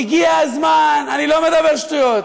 הגיע הזמן, אתה מדבר שטויות.